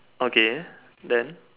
okay then